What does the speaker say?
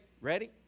ready